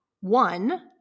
One